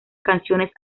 canciones